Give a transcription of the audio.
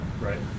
right